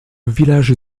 village